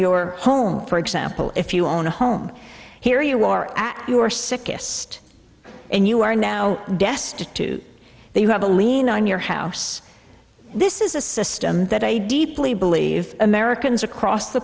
your home for example if you own a home here you are at your sickest and you are now destitute that you have a lien on your house this is a system that a deeply believe americans across the